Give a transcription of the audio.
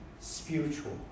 spiritual